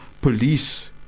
police